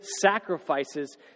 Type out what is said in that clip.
sacrifices